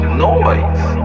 noise